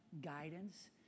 guidance